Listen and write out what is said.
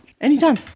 Anytime